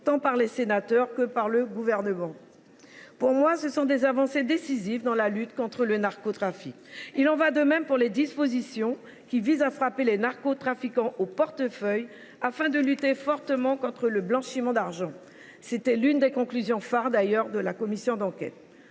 tant par les sénateurs que par le Gouvernement. Pour moi, ce sont des avancées décisives dans la lutte contre le narcotrafic. Il en va de même des dispositions qui visent à frapper les narcotrafiquants au portefeuille afin de lutter efficacement contre le blanchiment d’argent. C’était l’une des recommandations phares de la commission d’enquête.